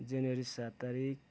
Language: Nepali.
जनवरी सात तारिक